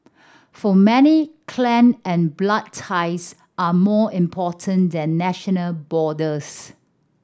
for many clan and blood ties are more important than national borders